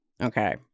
Okay